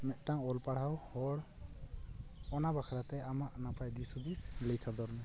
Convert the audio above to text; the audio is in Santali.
ᱢᱤᱫᱴᱟᱝ ᱚᱞᱼᱯᱟᱲᱦᱟᱣ ᱦᱚᱲ ᱚᱱᱟ ᱵᱟᱠᱷᱨᱟᱛᱮ ᱱᱟᱯᱟᱭ ᱫᱤᱥᱼᱦᱩᱫᱤᱥ ᱞᱟᱹᱭ ᱥᱚᱫᱚᱨ ᱢᱮ